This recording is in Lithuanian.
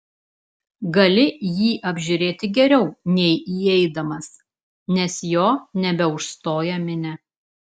gali jį apžiūrėti geriau nei įeidamas nes jo nebeužstoja minia